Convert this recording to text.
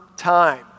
time